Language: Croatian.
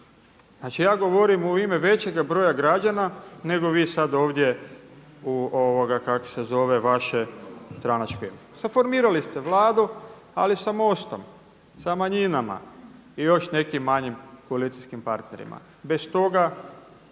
Znači ja govorim u ime većeg broja građana nego vi sada ovdje u vaše stranačko ime. Formirali ste vladu, ali sa MOST-om, sa manjinama i još nekim manjim koalicijskim partnerima. Bez toga